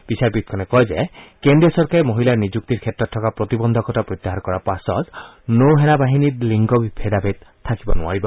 বিচাৰপীঠখনে কয় যে কেন্দ্ৰীয় চৰকাৰে মহিলাৰ নিযুক্তিৰ ক্ষেত্ৰত থকা প্ৰতিবন্ধকতা প্ৰত্যাহাৰ কৰাৰ পাছত নৌ সেনাত লিংগ ভেদাভেদ থাকিব নোৱাৰিব